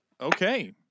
Okay